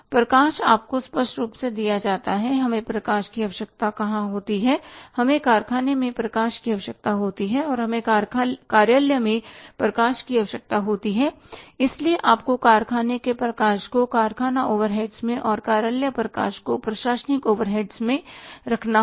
प्रकाश आपको स्पष्ट रूप से दिया जाता है हमें प्रकाश की आवश्यकता कहां होती है हमें कारखाने में प्रकाश की आवश्यकता होती है और हमें कार्यालय में प्रकाश की आवश्यकता होती है इसलिए आपको कारखाने के प्रकाश को कारखाना ओवरहेड्स में और कार्यालय प्रकाश को प्रशासनिक ओवरहेड्स में रखना होगा